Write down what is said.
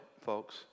folks